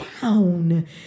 down